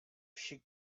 she